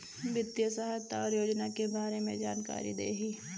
वित्तीय सहायता और योजना के बारे में जानकारी देही?